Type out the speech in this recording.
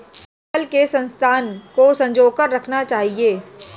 जल के संसाधन को संजो कर रखना चाहिए